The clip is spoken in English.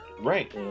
right